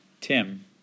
Tim